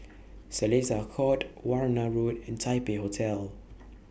Seletar Court Warna Road and Taipei Hotel